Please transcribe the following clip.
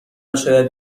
شاید